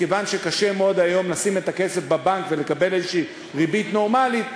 מכיוון שקשה מאוד היום לשים את הכסף בבנק ולקבל איזו ריבית נורמלית,